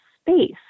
space